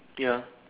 ya